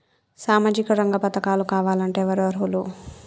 సామాజిక రంగ పథకాలు కావాలంటే ఎవరు అర్హులు?